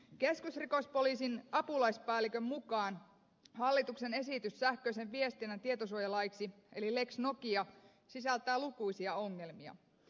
keskusrikospoliisin apulaispäällikön mukaan hallituksen esitys sähköisen viestinnän tietosuojalaiksi eli lex nokia sisältää lukuisia ongelmia